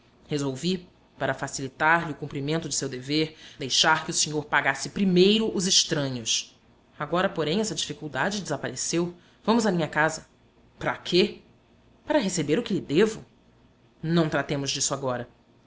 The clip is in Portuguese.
resolvi para facilitar lhe o cumprimento de seu dever deixar que o senhor pagasse primeiro os estranhos agora porém essa dificuldade desapareceu vamos à minha casa para quê para receber o que lhe devo não tratemos disso agora